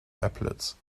applets